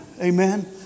Amen